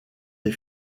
des